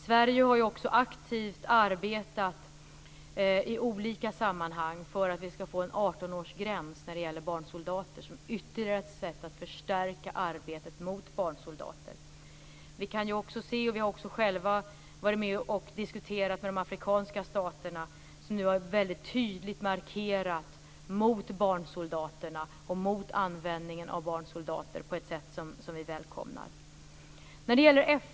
Sverige har också aktivt arbetat i olika sammanhang för en 18-årsgräns när det gäller barnsoldater som ytterligare ett sätt att förstärka arbetet mot barnsoldater. Vi har också själva diskuterat med de afrikanska staterna, som nu har gjort tydliga markeringar mot användningen av barnsoldater på ett sätt som vi välkomnar.